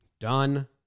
Done